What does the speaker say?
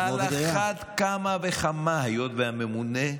על אחת כמה וכמה, היות שהממונה,